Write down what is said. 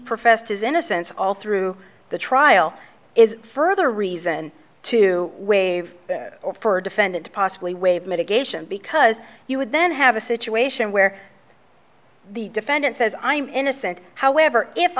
professed his innocence all through the trial is further reason to waive for a defendant to possibly waive mitigation because he would then have a situation where the defendant says i'm innocent however if